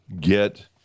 get